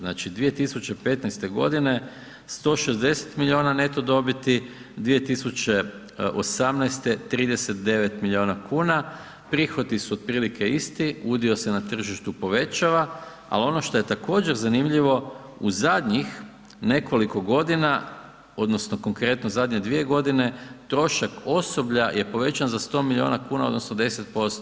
Znači, 2015.g. 160 milijuna neto dobiti, 2018. 39 milijuna kuna, prihodi su otprilike isti, udio se na tržištu povećava, al ono što je također zanimljivo, u zadnjih nekoliko godina odnosno konkretno zadnje 2.g. trošak osoblja je povećan za 100 milijuna kuna odnosno 10%